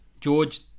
George